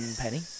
Penny